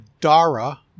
Dara